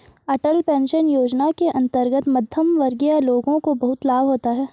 अटल pension योजना के अंतर्गत मध्यमवर्गीय लोगों को बहुत लाभ होता है